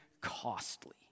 costly